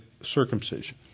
circumcision